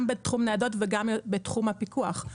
גם בתחום הניידות וגם בתחום הפיקוח.